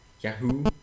yahoo